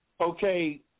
Okay